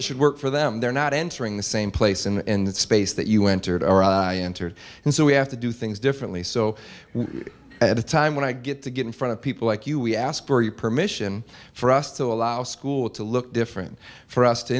it should work for them they're not entering the same place in space that you entered our i entered in so we have to do things differently so we're at a time when i get to get in front of people like you we ask for your permission for us to allow school to look different for us to